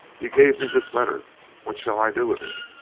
he gave me this letter what shall i do with it?